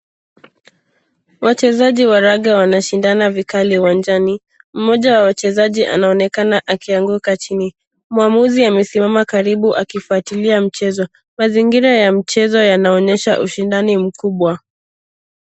Wachezaji wa raga wanashindana vikali uwanjani. Mmoja wa wachezaji anaonekana akianguka chini. Mwamuzi amesimama karibu akifuatilia mchezo. Mazingira ya mchezo yanaonyesha ushindani mkubwa.